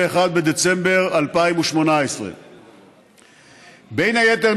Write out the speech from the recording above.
31 בדצמבר 2018. בין היתר,